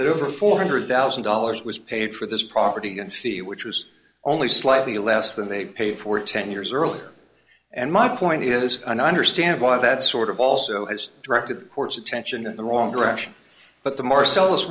that over four hundred thousand dollars was paid for this property and fee which was only slightly less than they paid for ten years earlier and my point is and i understand why that sort of also has directed the court's attention in the wrong direction but the marcellus